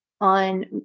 on